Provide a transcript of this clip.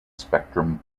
spectrum